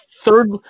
third